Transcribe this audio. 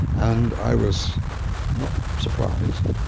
and i was not surprised,